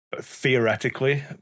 theoretically